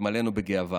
והתמלאנו בגאווה.